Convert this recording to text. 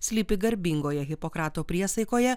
slypi garbingoje hipokrato priesaikoje